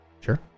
Sure